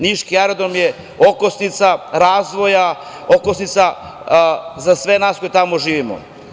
Niški aerodrom je okosnica razvoja, okosnica za sve nas koji tamo živimo.